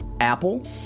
Apple